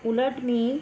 उलट मी